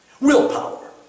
willpower